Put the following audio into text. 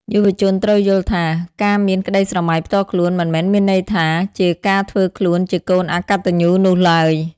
យុវជនត្រូវយល់ថា ការមានក្តីស្រមៃផ្ទាល់ខ្លួន មិនមែនមានន័យថាជាការធ្វើខ្លួនជាកូន "អកតញ្ញូ" នោះឡើយ។